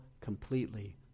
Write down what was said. completely